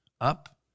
up